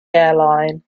airline